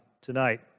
tonight